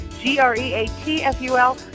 G-R-E-A-T-F-U-L